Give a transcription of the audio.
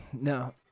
No